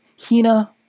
hina